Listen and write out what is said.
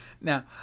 Now